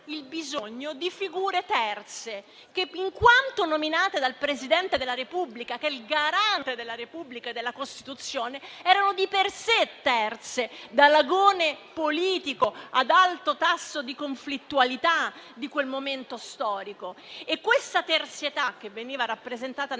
il bisogno di figure terze che, in quanto nominate dal Presidente della Repubblica, che è il garante della Repubblica e della Costituzione, erano di per sé terze dall'agone politico ad alto tasso di conflittualità di quel momento storico. Questa terzietà, che veniva rappresentata